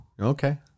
okay